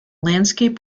landscape